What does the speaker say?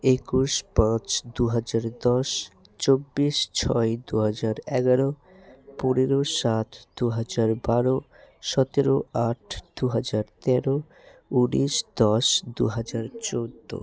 একুশ পাঁচ দু হাজার দশ চব্বিশ ছয় দু হাজার এগারো পনেরো সাত দু হাজার বারো সতেরো আট দু হাজার তেরো উনিশ দশ দু হাজার চোদ্দো